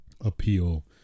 appeal